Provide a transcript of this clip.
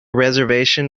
reservation